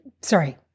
sorry